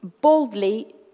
boldly